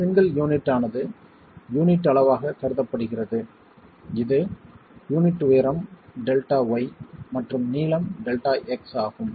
single unit ஆனது unit அளவாகக் கருதப்படுகிறது இது யூனிட் உயரம் Δy மற்றும் நீளம் Δx ஆகும்